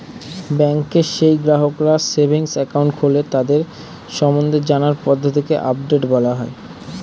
ব্যাংকে যেই গ্রাহকরা সেভিংস একাউন্ট খোলে তাদের সম্বন্ধে জানার পদ্ধতিকে আপডেট বলা হয়